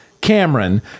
Cameron